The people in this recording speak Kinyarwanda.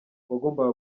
wagombaga